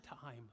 time